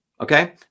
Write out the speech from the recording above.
Okay